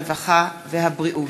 הרווחה והבריאות,